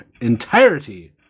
entirety